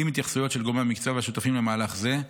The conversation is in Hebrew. עם התייחסויות של גורמי המקצוע והשותפים למהלך זה,